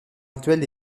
actuel